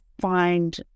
find